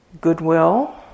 goodwill